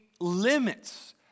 limits